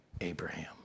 Abraham